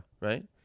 Right